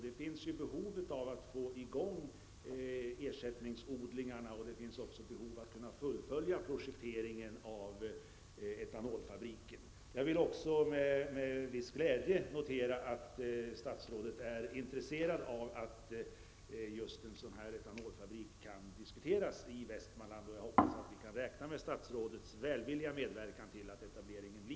Det finns ju behov av att få i gång ersättningsodlingarna, och det finns också behov av att kunna fullfölja projekteringen av etanolfabriken. Jag noterar också med viss glädje att statsrådet är intresserad av att en etanolfabrik kan diskuteras i just Västmanland. Jag hoppas att vi kan räkna med statsrådets välvilliga medverkan till en etablering i